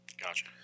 Gotcha